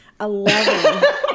Eleven